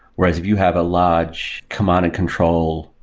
whereas, if you have a large command and control,